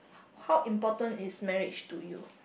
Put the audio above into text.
how important is marriage to you